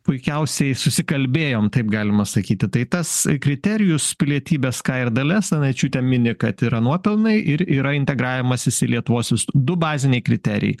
puikiausiai susikalbėjom taip galima sakyti tai tas kriterijus pilietybės ką ir dalia asanavičiūte mini kad yra nuopelnai ir yra integravimasis į lietuvosios du baziniai kriterijai